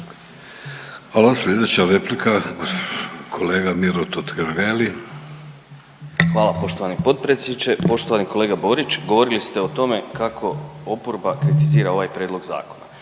Hvala. Sljedeća replika kolega Miro Totgergeli. **Totgergeli, Miro (HDZ)** Hvala poštovani potpredsjedniče. Poštovani kolega Borić govorili ste o tome kako oporba kritizira ovaj prijedlog zakona